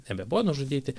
nebebuvo nužudyti